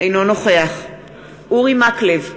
אינו נוכח אורי מקלב,